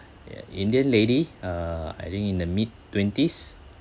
ya indian lady uh I think in the mid twenties